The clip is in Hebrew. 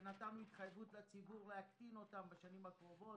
שנתן התחייבות לציבור להקטין אותם בשנים הקרובות.